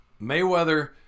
Mayweather